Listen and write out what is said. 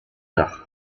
dach